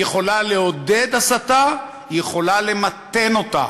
היא יכולה לעודד הסתה, והיא יכולה למתן אותה.